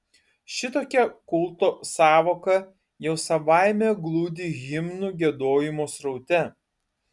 šitokia kulto sąvoka jau savaime glūdi himnų giedojimo sraute